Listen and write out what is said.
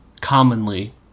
commonly